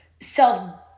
self-